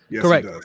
Correct